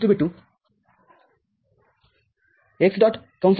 y z x